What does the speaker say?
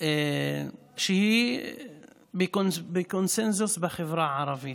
שהיא בקונסנזוס בחברה הערבית.